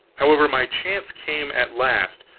however, my chance came at last.